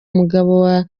mugabo